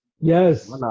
Yes